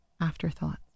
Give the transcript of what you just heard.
Afterthoughts